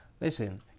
listen